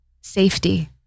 safety